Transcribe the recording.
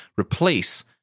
replace